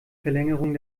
verlängerung